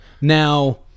Now